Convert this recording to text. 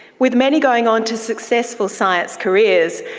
with many going on to successful science careers.